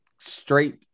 straight